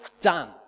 done